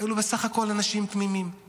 אלו בסך הכול אנשים תמימים,